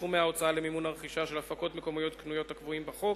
סכומי ההוצאה למימון הרכישה של הפקות מקומיות קנויות הקבועים בחוק